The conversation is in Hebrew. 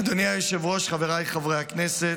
אדוני היושב-ראש, חבריי חברי הכנסת,